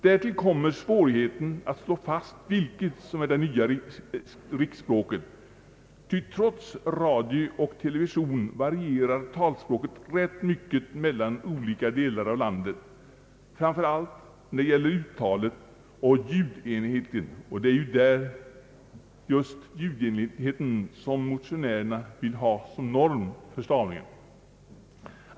Därtill kommer svårigheten att slå fast vilket som är det nya riksspråket, ty trots radio och television varierar talspråket rätt mycket mellan olika delar av landet, framför allt när det gäller uttalet, och det är ju just uttalet, ljudenligheten som motionärerna vill ha som norm för stavningen.